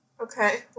Okay